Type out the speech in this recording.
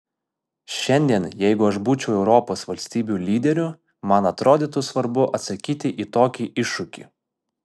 šiandien jeigu aš būčiau europos valstybių lyderiu man atrodytų svarbu atsakyti į tokį iššūkį